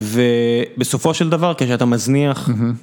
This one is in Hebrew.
ובסופו של דבר כשאתה מזניח